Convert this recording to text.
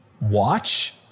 Watch